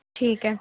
ٹھیک ہے